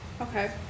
Okay